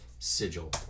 Sigil